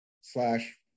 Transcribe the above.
slash